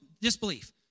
disbelief